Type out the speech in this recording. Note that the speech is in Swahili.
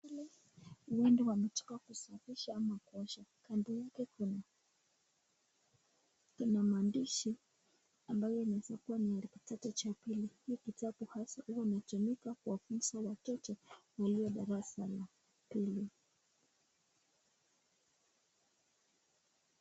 uende wametoka kusafisha ama kuosha. Kando yake kuna kuna maandishi ambayo inaweza kuwa ni herufi tatu cha pili. Hiki kitabu hasa huwa kinatumika kuwafunza watoto walio darasa la pili.